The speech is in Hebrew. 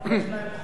יש להם חור.